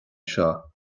seo